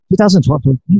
2012